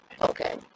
okay